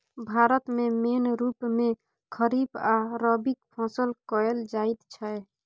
भारत मे मेन रुप मे खरीफ आ रबीक फसल कएल जाइत छै